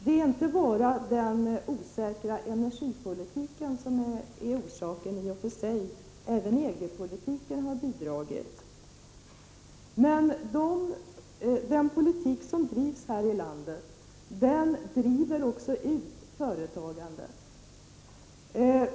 Det är inte bara den osäkra energipolitiken som i och för sig är orsaken till detta. Även EG-politiken har bidragit till situationen. Men den politik som bedrivs här i landet driver också ut företagen från landen.